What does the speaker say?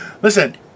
Listen